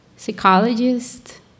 Psychologist